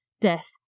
death